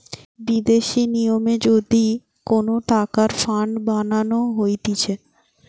বিদেশি নিয়মে যদি কোন টাকার ফান্ড বানানো হতিছে